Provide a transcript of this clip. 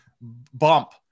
bump